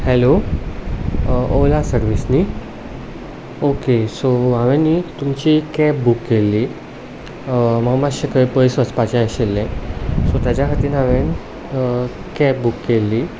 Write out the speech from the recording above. hello Ola service न्ही okay so हांवें न्ही तुमची कॅब बूक केल्ली म्हाका मातशें खंय पयस वचपाचें आशिल्लें सो तेज्या खातीर हांयेंन कॅब बूक केल्ली